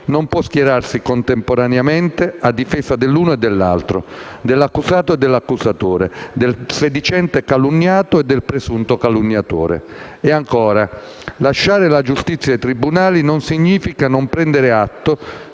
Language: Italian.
non può schierarsi contemporaneamente a difesa dell'uno e dell'altro, dell'accusato e dell'accusatore, del sedicente calunniato e del presunto calunniatore. Ancora. Lasciare la giustizia ai tribunali non significa non prendere atto